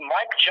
Mike